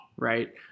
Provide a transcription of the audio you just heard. right